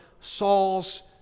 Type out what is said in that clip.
Saul's